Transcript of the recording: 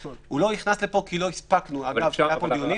הוא לא נכנס לפה כי לא הספקנו, היו פה דיונים.